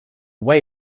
way